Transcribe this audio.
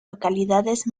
localidades